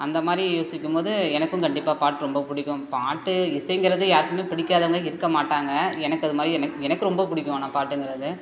அந்தமாதிரி யோசிக்கும்போது எனக்கும் கண்டிப்பாக பாட்டு ரொம்ப பிடிக்கும் பாட்டு இசைங்கறது யாருக்குமே பிடிக்காதவங்க இருக்கமாட்டாங்க எனக்கு அதுமாதிரி எனக்கு எனக்கு ரொம்ப பிடிக்கும் ஆனால் பாட்டுங்குறது